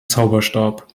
zauberstab